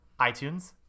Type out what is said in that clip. iTunes